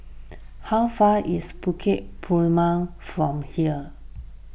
how far is Bukit Purmei from here